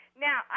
Now